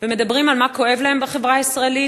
ומדברים על מה שכואב להם בחברה הישראלית